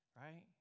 right